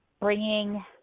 bringing